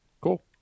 Cool